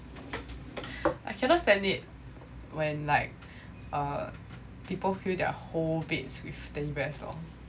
I cannot stand it when like err people fill their whole beds with teddy bears lor